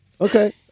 okay